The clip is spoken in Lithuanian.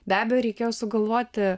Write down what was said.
be abejo reikėjo sugalvoti